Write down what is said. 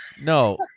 no